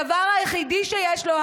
הדבר היחידי שיש לו,